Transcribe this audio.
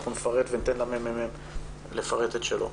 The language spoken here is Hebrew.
אנחנו נפרט וניתן למרכז המחקר והמידע של הכנסת לפרט את שלו.